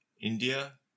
India